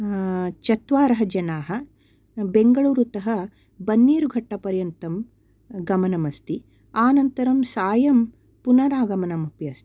चत्त्वारः जनाः बेङ्गलूरुतः बन्नेरुघट्टापर्यन्तं गमनमस्ति आनन्तरं सायं पुनरागमनमपि अस्ति